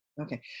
Okay